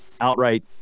outright